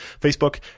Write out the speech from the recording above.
Facebook